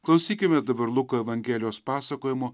klausykime dabar luko evangelijos pasakojimo